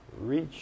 reach